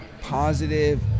positive